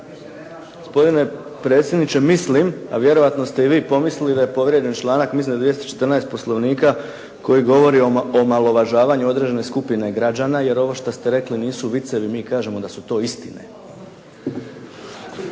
Gospodine predsjedniče mislim, a vjerojatno ste i vi pomislili da je povrjeđen članak mislim da je 214. Poslovnika koji govori o omalovažavanju određene skupine građana, jer ovo što ste rekli nisu vicevi, mi kažemo da su to istine.